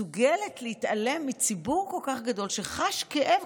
מסוגלות להתעלם מציבור כל כך גדול שחש כאב,